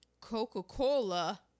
Coca-Cola